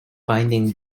binding